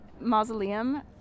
mausoleum